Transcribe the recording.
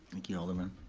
thank you, alderman.